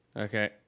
Okay